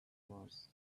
mars